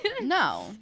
No